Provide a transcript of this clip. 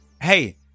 hey